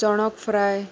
चणक फ्राय